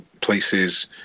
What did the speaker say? places